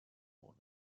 honor